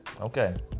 Okay